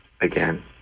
again